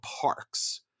Parks